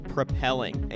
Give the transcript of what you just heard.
Propelling